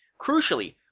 Crucially